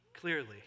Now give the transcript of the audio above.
clearly